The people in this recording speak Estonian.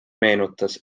meenutas